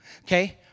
Okay